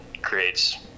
creates